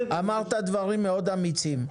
אמרת דברים מאוד אמיצים.